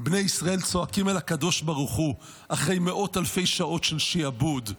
בני ישראל צועקים אל הקדוש ברוך הוא אחרי מאות אלפי שעות של שיעבוד.